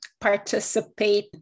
participate